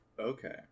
Okay